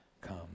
come